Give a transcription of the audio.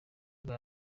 bwa